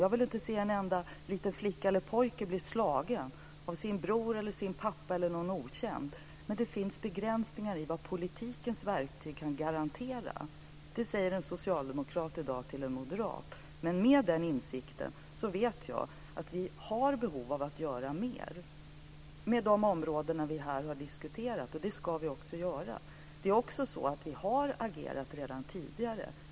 Jag vill inte se en enda liten flicka eller pojke bli slagen av sin bror, sin pappa eller någon okänd, men det finns begränsningar i vad politikens verktyg kan garantera. Detta säger i dag en socialdemokrat till en moderat. Men med den insikten vet jag att vi har behov av att göra mer på de områden som vi här har diskuterat. Det ska vi också göra. Vi har också agerat redan tidigare.